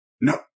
No